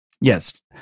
yes